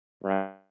right